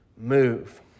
move